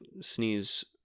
sneeze